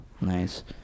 Nice